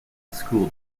school